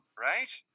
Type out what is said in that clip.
Right